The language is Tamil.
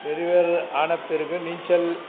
பெரியவர் ஆன பிறகு நீச்சல்